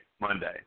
Monday